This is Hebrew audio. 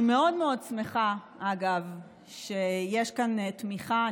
אני מאוד מאוד שמחה, אגב, שיש כאן תמיכה.